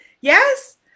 Yes